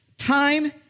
time